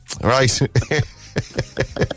Right